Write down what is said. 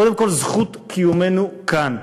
קודם כול, זכות קיומנו כאן,